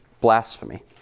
blasphemy